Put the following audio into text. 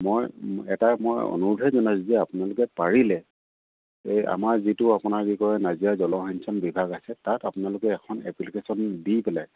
মই এটা মই অনুুৰােধ হে জনাই যে আপোনালোকে পাৰিলে এই আমাৰ যিটো আপোনাৰ কি কয় নাজিৰা জলসিঞ্চন বিভাগ আছে তাত আপোনালোকে এখন এপ্লিকেশ্যন দি পেলাই